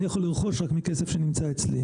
אני יכול לרכוש רק מכסף שנמצא אצלי.